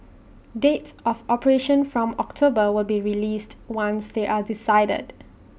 dates of operation from October will be released once they are decided